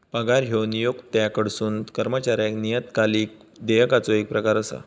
पगार ह्यो नियोक्त्याकडसून कर्मचाऱ्याक नियतकालिक देयकाचो येक प्रकार असा